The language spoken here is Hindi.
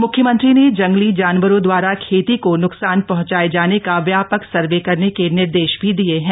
मुख्यमंत्री ने जंगली जानवरों दवारा खेती को नुकसान पहंचाये जाने का का व्यापक सर्वे करने के निर्देश भी दिये हैं